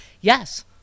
yes